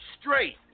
straight